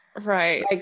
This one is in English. right